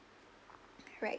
right